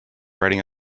writing